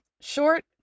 Short